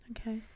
okay